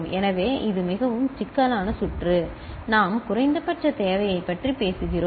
எனவே இது மிகவும் சிக்கலான சுற்று நாம் குறைந்தபட்ச தேவையைப் பற்றி பேசுகிறோம்